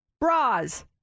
bras